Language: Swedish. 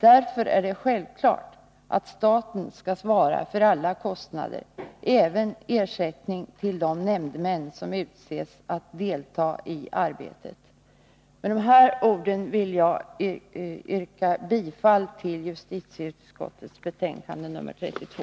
Därför är det självklart att staten skall svara för alla kostnader — även ersättning till de nämndemän som utses att delta i arbetet. Med dessa ord vill jag yrka bifall till hemställan i justitieutskottets betänkande nr 32.